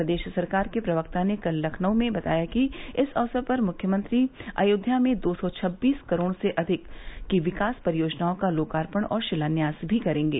प्रदेश सरकार के प्रवक्ता ने कल लखनऊ में बताया कि इस अवसर पर मुख्यमंत्री अयोध्या में दो सौ छब्बीस करोड़ से अधिक की विकास परियोजनाओं का लोकार्पण और शिलान्यास भी करेंगे